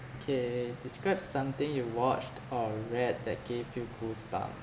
K describe something you watched or read that gave you goosebumps